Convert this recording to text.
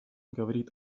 говорит